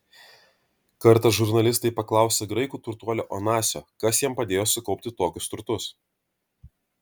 kartą žurnalistai paklausė graikų turtuolio onasio kas jam padėjo sukaupti tokius turtus